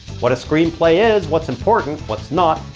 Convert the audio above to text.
what a screenplay is. what's important. what's not,